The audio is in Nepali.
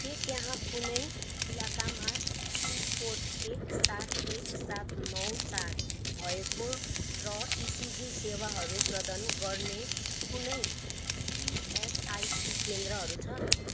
के त्यहाँ कुनै इलाकामा पिनकोड एक सात एक सात नौ चार भएको र इसिजी सेवाहरू प्रदान गर्ने कुनै इएसआइसी केन्द्रहरू छन्